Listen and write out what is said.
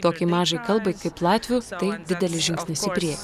tokiai mažai kalbai kaip latvių tai didelis žingsnis į priekį